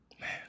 Man